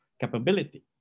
capability